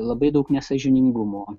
labai daug nesąžiningumo